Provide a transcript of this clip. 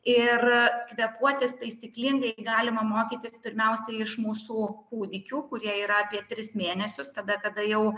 ir kvėpuoti taisyklingai galima mokytis pirmiausia iš mūsų kūdikių kurie yra apie tris mėnesius tada kada jau